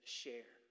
share